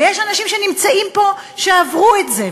ויש אנשים שנמצאים פה שעברו את זה,